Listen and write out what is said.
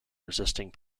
resisting